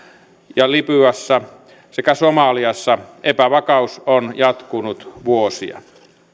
ja libyassa sekä somaliassa epävakaus on jatkunut vuosia